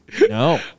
No